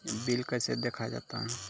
Bill कैसे देखा जाता हैं?